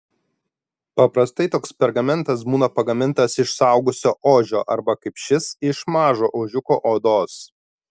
paprastai toks pergamentas būna pagamintas iš suaugusio ožio arba kaip šis iš mažo ožiuko odos